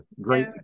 great